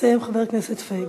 יסיים חבר הכנסת פייגלין.